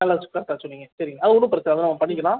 தான் பிரச்சினையே சரிங்க அது ஒன்றும் பிரச்சினயில்ல நம்ம பண்ணிக்கலாம்